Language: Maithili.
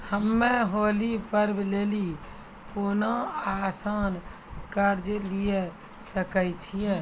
हम्मय होली पर्व लेली कोनो आसान कर्ज लिये सकय छियै?